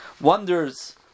wonders